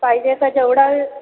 पाहिजे का जेवढा वेळ